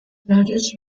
gladys